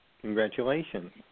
Congratulations